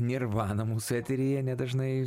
nirvana mūsų eteryje nedažnai